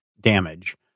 damage